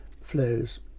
flows